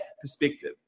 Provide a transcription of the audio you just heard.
perspective